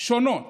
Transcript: שונות